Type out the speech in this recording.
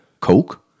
Coke